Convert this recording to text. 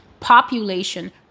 population